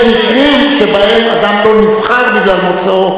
יש מקרים שבהם אדם לא נבחר בגלל מוצאו,